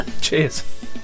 Cheers